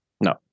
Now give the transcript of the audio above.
No